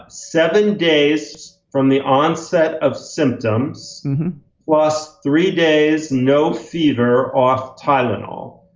seven days from the onset of symptoms plus three days no fever, off tylenol.